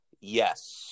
yes